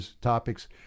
topics